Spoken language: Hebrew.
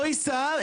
לא יישא,